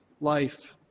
life